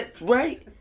Right